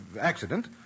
accident